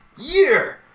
Year